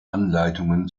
anleitungen